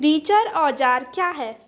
रिचर औजार क्या हैं?